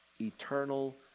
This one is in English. eternal